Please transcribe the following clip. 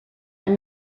but